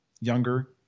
younger